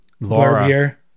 Laura